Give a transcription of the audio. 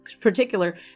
particular